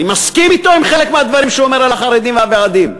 אני מסכים אתו על חלק מהדברים שהוא אומר על החרדים ועל הוועדים.